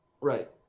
Right